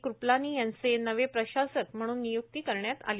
क्रपालानी यांची नवे प्रशासक म्हणून नियुक्ती करण्यात आली